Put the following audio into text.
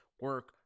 Work